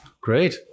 Great